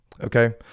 okay